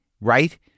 Right